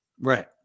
Right